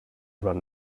run